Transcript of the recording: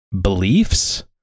beliefs